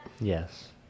Yes